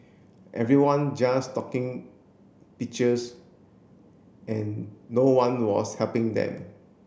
everyone just talking pictures and no one was helping them